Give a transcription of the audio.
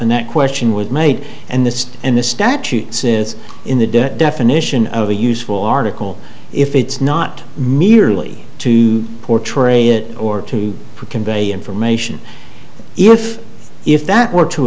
and that question was made and the state and the statutes is in the definition of a useful article if it's not merely to portray it or to convey information if if that were to